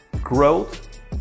growth